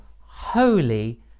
holy